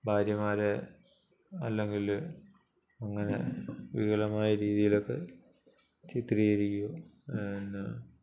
ഭാര്യമാരെ അല്ലെങ്കിൽ അങ്ങനെ വികലമായ രീതിയിലൊക്കെ ചിത്രീകരിക്കുകയും എന്നാ